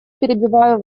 перебиваю